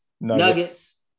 Nuggets